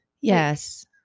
Yes